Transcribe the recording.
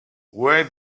why